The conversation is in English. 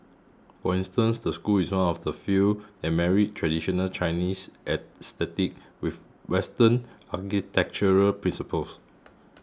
for instance the school is one of the few that married traditional Chinese aesthetics with Western architectural principles